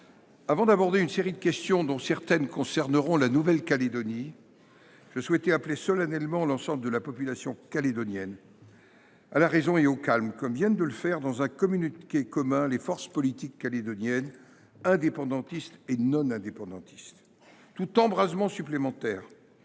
Avant d’aborder une série de questions dont certaines porteront sur la Nouvelle Calédonie, je souhaite appeler solennellement l’ensemble de la population calédonienne à la raison et au calme, comme viennent de le faire, dans un communiqué commun, les forces politiques calédoniennes, indépendantistes et non indépendantistes. Tout embrasement supplémentaire